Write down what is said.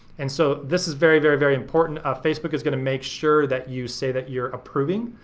and so this is very, very, very important. facebook is gonna make sure that you say that you're approving,